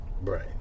Right